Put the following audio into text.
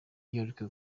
york